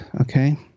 Okay